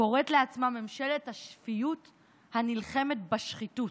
קוראת לעצמה ממשלת השפיות הנלחמת בשחיתות.